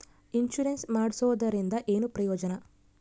Insurance ಮಾಡ್ಸೋದರಿಂದ ಏನು ಪ್ರಯೋಜನ?